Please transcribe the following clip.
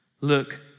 Look